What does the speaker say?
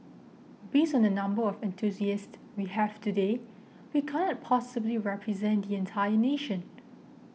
based on the number of enthusiasts we have today we can't possibly represent the entire nation